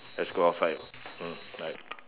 let's go outside (mm)bye